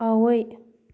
ꯑꯑꯣꯏ